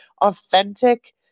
authentic